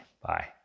Bye